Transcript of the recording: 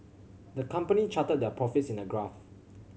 the company charted their profits in a graph